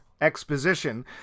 exposition